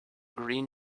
green